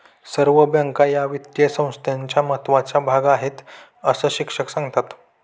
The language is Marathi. सर्व बँका या वित्तीय संस्थांचा महत्त्वाचा भाग आहेत, अस शिक्षक सांगतात